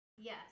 Yes